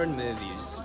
movies